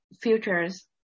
futures